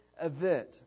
event